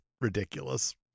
ridiculous